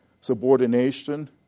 subordination